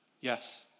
Yes